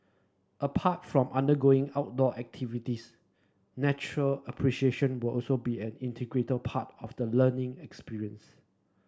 apart from undergoing outdoor activities nature appreciation will also be an integral part of the learning experience